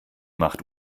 macht